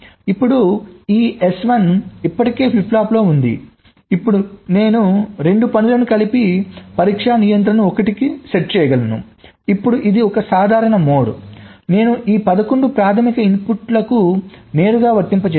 ఇప్పుడు ఈ S1 ఇప్పటికే ఫ్లిప్ ఫ్లాప్లలో ఉంది ఇప్పుడు నేను 2 పనులను కలిపి పరీక్షా నియంత్రణను 1 కు సెట్ చేయగలను ఇప్పుడు ఇది ఒక సాధారణ మోడ్ నేను ఈ I1 ను ప్రాధమిక ఇన్పుట్కు నేరుగా వర్తింపజేస్తాను